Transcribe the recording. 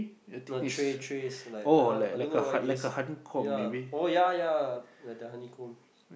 no tray trays like I I don't know why this ya oh ya ya the the honeycomb